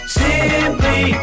simply